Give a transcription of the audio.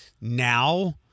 Now